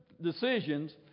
decisions